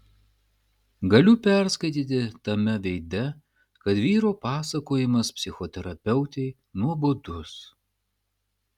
galiu perskaityti tame veide kad vyro pasakojimas psichoterapeutei nuobodus